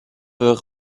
veut